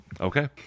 Okay